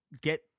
get